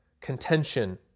contention